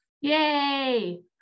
Yay